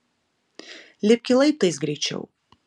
lipki laiptais greičiau